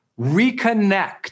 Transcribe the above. Reconnect